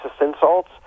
insults